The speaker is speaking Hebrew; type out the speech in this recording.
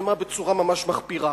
צומצמה בצורה ממש מחפירה.